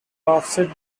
offset